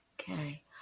Okay